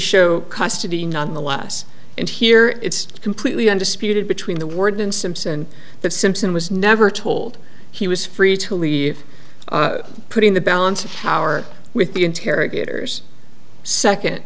show custody nonetheless and here it's completely undisputed between the word and simpson that simpson was never told he was free to leave putting the balance of power with the